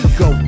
go